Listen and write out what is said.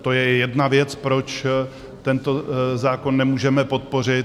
To je jedna věc, proč tento zákon nemůžeme podpořit.